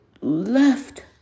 left